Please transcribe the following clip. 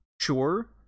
Sure